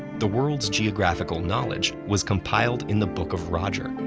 the world's geographical knowledge was compiled in the book of roger,